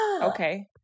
okay